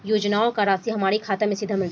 योजनाओं का राशि हमारी खाता मे सीधा मिल जाई?